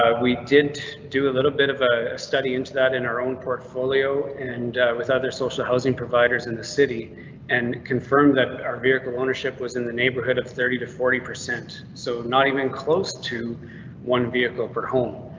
we did do a little bit of a study into that in our own portfolio and with other social housing providers in the city and confirm that our vehicle ownership was in the neighborhood of thirty to forty percent so not even close to one vehicle for home.